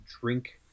drink